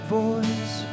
voice